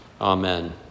Amen